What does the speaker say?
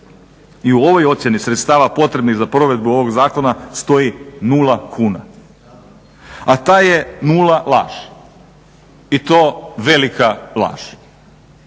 I u ovoj ocjeni sredstava potrebnih za provedbu ovog zakona stoji nula kuna, a ta je nula laž i to velika laž.